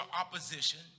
opposition